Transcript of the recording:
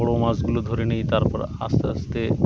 বড় মাছগুলো ধরে নিই তারপর আস্তে আস্তে